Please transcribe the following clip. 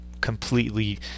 completely